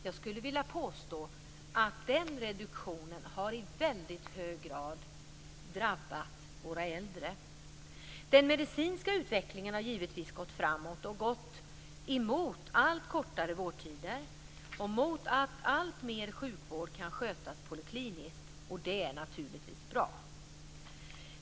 Jag skulle vilja påstå att den reduktionen i hög grad har drabbat våra äldre. Den medicinska utvecklingen har givetvis gått framåt, dvs. gått mot kortare vårdtider och mot att alltmer sjukvård kan skötas polikliniskt. Det är naturligtvis bra.